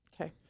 Okay